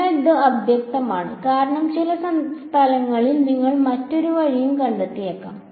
അതിനാൽ അത് അവ്യക്തമാണ് കാരണം ചില സ്ഥലങ്ങളിൽ നിങ്ങൾ മറ്റൊരു വഴിയും കണ്ടെത്തിയേക്കാം